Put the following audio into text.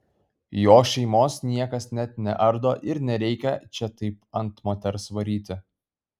jo šeimos niekas net neardo ir nereikia čia taip ant moters varyti